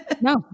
No